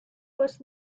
was